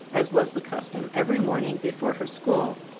as was the custom, every morning before her school.